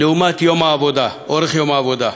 לעומת אורך יום העבודה,